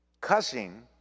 Cussing